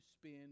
spend